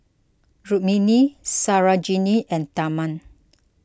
Rukmini Sarojini and Tharman